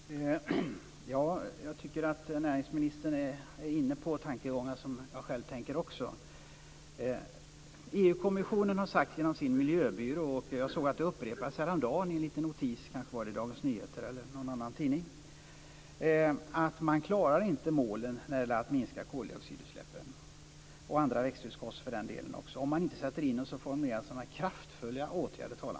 Herr talman! Jag tycker att näringsministern är inne på tankegångar som också jag tänker. EU-kommissionen har sagt genom sin miljöbyrå - och jag såg att det upprepades häromdagen i en liten notis i Dagens Nyheter eller i någon annan tidning - att man inte klarar målen när det gäller att minska koldioxidutsläppen, och för den delen också andra växthusgaser. Det kommer inte att gå om man inte sätter in gemensamma kraftfulla åtgärder.